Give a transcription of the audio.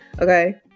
Okay